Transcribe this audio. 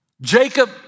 Jacob